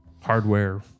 hardware